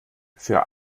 für